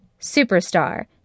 Superstar